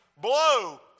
blow